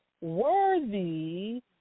worthy